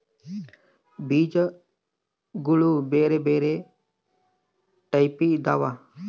ಬೀಜಗುಳ ಬೆರೆ ಬೆರೆ ಟೈಪಿದವ